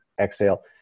exhale